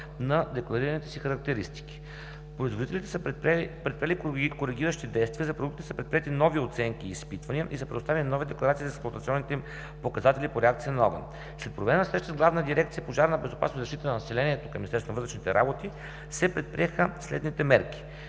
на декларираните си характеристики. Производителите са предприели коригиращи действия, за продуктите са предприети нови оценки и изпитвания и са предоставени нови декларации за експлоатационните им показатели по реакция на огън. След проведена среща с Главна дирекция „Пожарна безопасност и защита на населението“ се предприеха следните мерки: